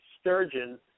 Sturgeon